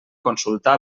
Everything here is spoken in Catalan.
consultar